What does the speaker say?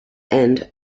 and